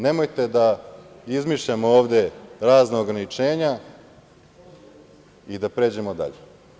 Nemojte da izmišljamo ovde razna ograničenja i da pređemo dalje.